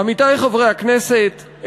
עמיתי חברי הכנסת,